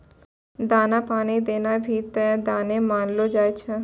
दाना पानी देना भी त दाने मानलो जाय छै